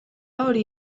hori